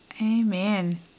Amen